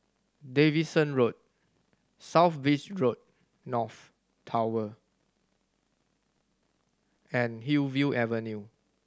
Davidson Road South Beach North Tower and Hillview Avenue